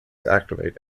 activate